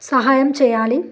సహాయం చేయాలి